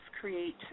create